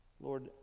Lord